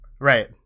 right